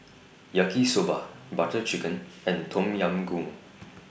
Yaki Soba Butter Chicken and Tom Yam Goong